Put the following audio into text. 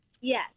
Yes